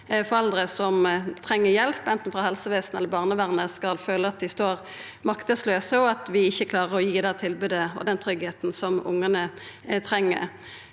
foreldre som treng hjelp, anten frå helsevesenet eller frå barnevernet, skal føla at dei står makteslause, og at vi ikkje klarer å gi det tilbodet og den tryggleiken som ungane treng.